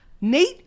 Nate